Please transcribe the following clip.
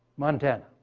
montana.